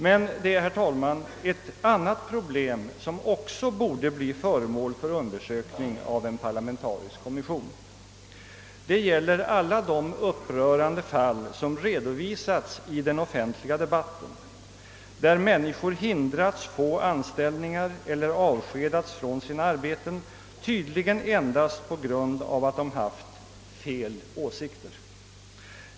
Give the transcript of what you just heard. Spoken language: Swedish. Men, herr talman, det finns and"| ra problem som också borde bli föremål för undersökning av en parlamentarisk kommission, nämligen alla de upprörande fall som redovisats i den offentliga debatten och som handlar om människor som hindrats få anställningar eller som avskedats från sina arbeten, tydligen enbart på grund av att de haft fel åsikter.